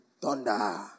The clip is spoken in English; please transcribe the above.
Thunder